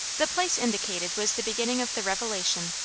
the place indicated was the beginning of the revelation,